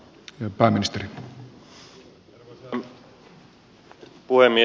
arvoisa puhemies